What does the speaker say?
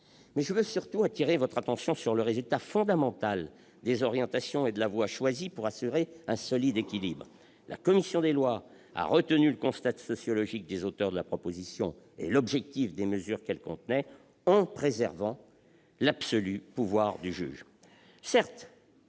peines. Je tiens surtout à attirer votre attention sur le résultat fondamental des orientations et de la voie choisies pour assurer un solide équilibre : la commission des lois a retenu le constat sociologique des auteurs de la proposition et l'objectif des mesures qu'elle contient en préservant l'absolu pouvoir du juge.